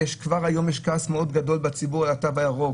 כבר היום יש כעס מאוד גדול בציבור על התו הירוק,